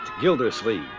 Gildersleeve